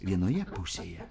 vienoje pusėje